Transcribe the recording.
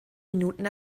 minuten